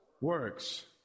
Works